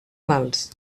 mals